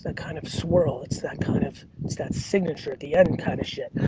ah kind of swirl it's that kind of, it's that signature at the end kind of shit.